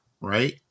Right